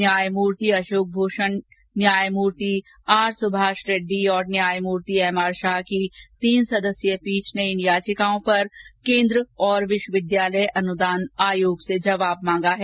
न्यायमूर्ति अशोक भूषण न्यायमूर्ति आर सुभाष रेड्डी और न्यायमूर्ति एम आर शाह की तीन सदस्यीय पीठ ने इन याचिकाओं पर केन्द्र और विश्वविद्यालय अनुदान आयोग से जवाब मांगा है